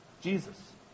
Jesus